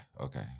Okay